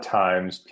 times